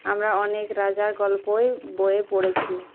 আমরা অনেক রাজার গল্পই বইয়ে পড়েছি